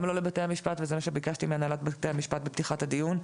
גם לא לבתי המשפט וזה מה שביקשתי מהנהלת בתי המשפט בפתיחת הדיון,